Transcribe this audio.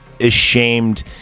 ashamed